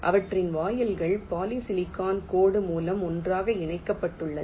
அவற்றின் வாயில்கள் poly silicon கோடு மூலம் ஒன்றாக இணைக்கப்பட்டுள்ளன